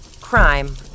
Crime